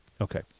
Okay